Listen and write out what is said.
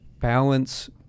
balance